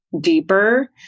deeper